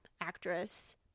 actress